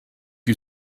you